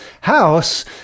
house